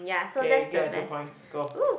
K get a two points go